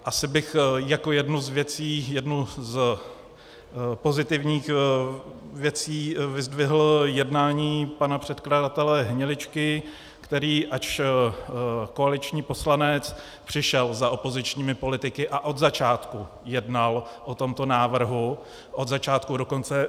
Asi bych jako jednu z věcí, jednu z pozitivních věcí, vyzdvihl jednání pana předkladatele Hniličky, který, ač koaliční poslanec, přišel za opozičními politiky a od začátku jednal o tomto návrhu, od začátku do konce.